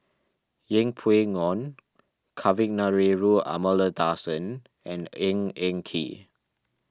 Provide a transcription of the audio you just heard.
Yeng Pway Ngon Kavignareru Amallathasan and Ng Eng Kee